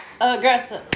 aggressive